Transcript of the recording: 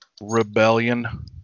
rebellion